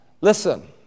Listen